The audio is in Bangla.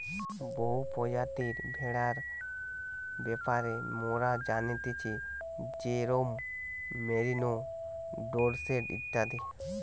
বহু প্রজাতির ভেড়ার ব্যাপারে মোরা জানতেছি যেরোম মেরিনো, ডোরসেট ইত্যাদি